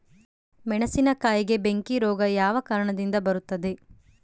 ಮೆಣಸಿನಕಾಯಿಗೆ ಬೆಂಕಿ ರೋಗ ಯಾವ ಕಾರಣದಿಂದ ಬರುತ್ತದೆ?